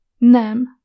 Nem